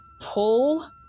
pull